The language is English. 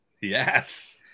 Yes